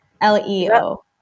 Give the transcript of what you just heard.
L-E-O